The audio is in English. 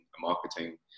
marketing